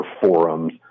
forums